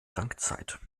drangzeit